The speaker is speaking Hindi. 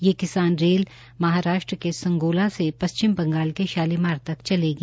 ये किसान रेल महाराष्ट्र के संगोला से पश्चिम बंगाल से शालीमार तक चलेगी